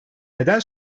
neden